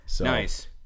Nice